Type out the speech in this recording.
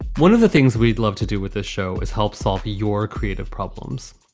one of the things we'd love to do with this show is help solve your creative problems,